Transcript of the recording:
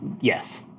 yes